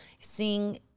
seeing